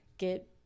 Get